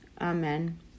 Amen